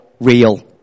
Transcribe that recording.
real